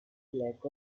lack